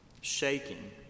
shaking